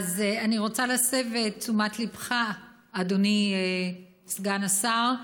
אני רוצה להסב את תשומת ליבך, אדוני סגן השר,